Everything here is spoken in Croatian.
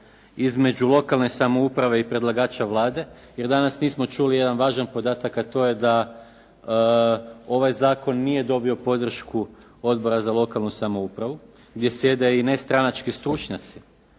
između lokalne samouprave i predlagača Vlade, jer danas nismo čuli jedan važan podatak a to je da ovaj zakon nije dobio podršku Odbora za lokalnu samoupravu gdje sjede i ne stranački stručnjaci,